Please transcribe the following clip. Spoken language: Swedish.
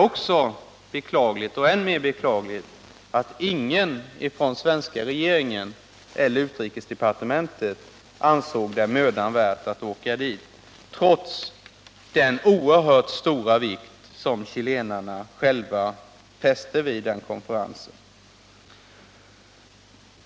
Det är än mer beklagligt att ingen från svenska regeringen eller utrikesdepartementet ansåg det mödan värt att åka dit trots den oerhört stora vikt som chilenarna själva lade vid den konferensen.